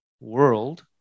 world